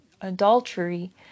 adultery